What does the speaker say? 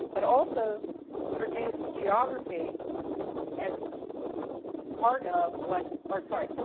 but also produced geography as part of what, or sorry,